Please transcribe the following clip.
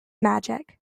magic